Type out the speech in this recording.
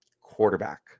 Quarterback